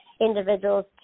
individuals